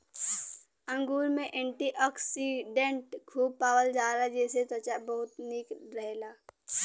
अंगूर में एंटीओक्सिडेंट खूब पावल जाला जेसे त्वचा बहुते निक रहेला